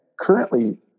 currently